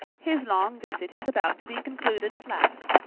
his long visit is about to be concluded at last,